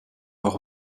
auch